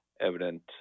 evident